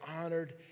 honored